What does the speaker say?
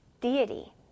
Deity